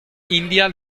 india